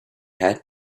had